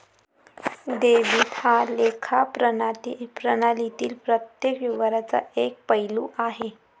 debit हा लेखा प्रणालीतील प्रत्येक व्यवहाराचा एक पैलू आहे